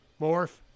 Morph